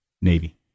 Navy